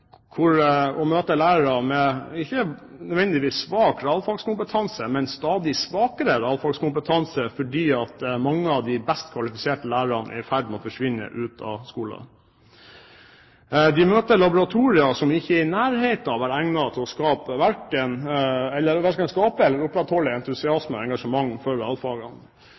lærere med ikke nødvendigvis svak realfagskompetanse, men med stadig svakere realfagskompetanse, fordi mange av de best kvalifiserte lærerne er i ferd med å forsvinne ut av skolen. De møter laboratorier som ikke er i nærheten av å være egnet til verken å skape eller å opprettholde entusiasme og engasjement